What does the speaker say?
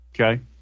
Okay